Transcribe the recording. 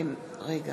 אינו נוכח